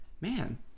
man